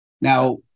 Now